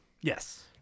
Yes